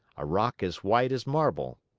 a rock as white as marble.